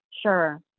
Sure